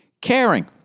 caring